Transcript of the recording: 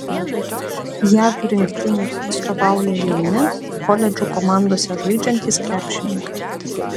jav rinktinei atstovauja jauni koledžų komandose žaidžiantys krepšininkai